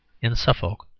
in suffolk.